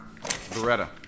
Beretta